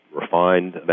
refined